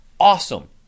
Awesome